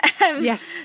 yes